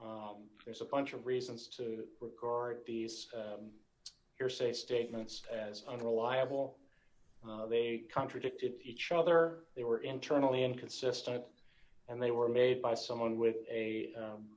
there's a bunch of reasons to regard these hearsay statements as unreliable they contradicted each other they were internally inconsistent and they were made by someone with a